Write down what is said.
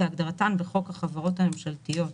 כהגדרתן בחוק החברות הממשלתיות,